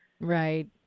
Right